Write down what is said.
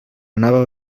anava